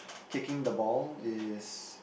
kicking the ball is